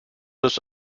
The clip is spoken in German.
des